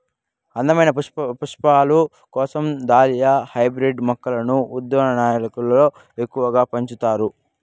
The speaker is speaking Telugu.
అందమైన పుష్పాల కోసం దాలియా హైబ్రిడ్ మొక్కలను ఉద్యానవనాలలో ఎక్కువగా పెంచుతారు